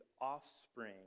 offspring